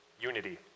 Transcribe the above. unity